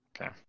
Okay